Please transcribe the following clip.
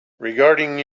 regarding